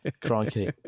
Crikey